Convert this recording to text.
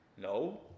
No